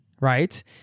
right